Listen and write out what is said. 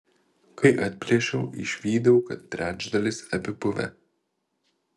kai atplėšiau išvydau kad trečdalis apipuvę